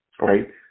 right